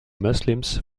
muslims